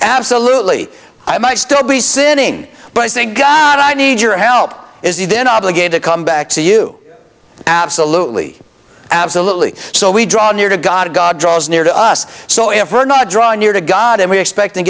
absolutely i might still be sinning but i think god i need your help is he then obligated come back to you absolutely absolutely so we draw near to god god draws near to us so if we're not drawing near to god and we expect